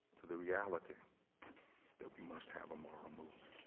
to the reality that we must have moral movement,